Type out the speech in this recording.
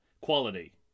quality